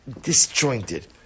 disjointed